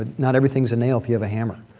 ah not everything's a nail if you have a hammer.